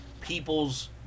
people's